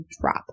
drop